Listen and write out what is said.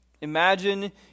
imagine